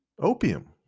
Opium